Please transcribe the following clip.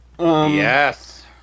Yes